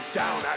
down